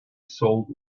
sold